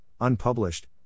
unpublished